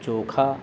ચોખા